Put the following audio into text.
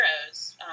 heroes